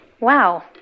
Wow